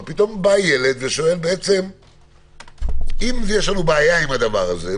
אבל פתאום בא ילד ושואל: אם יש לנו בעיה עם הדבר הזה,